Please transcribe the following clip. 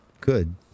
Good